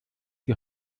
die